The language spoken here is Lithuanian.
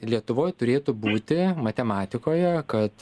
lietuvoj turėtų būti matematikoje kad